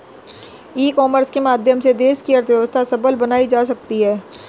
ई commerce के माध्यम से देश की अर्थव्यवस्था सबल बनाई जा सकती है